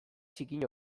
zikin